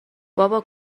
بابا